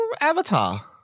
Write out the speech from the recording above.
Avatar